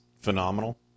phenomenal